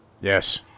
Yes